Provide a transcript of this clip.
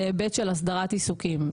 זה היבט של הסדרת עיסוקים,